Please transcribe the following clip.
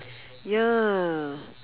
ya